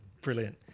Brilliant